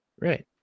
Right